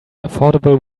affordable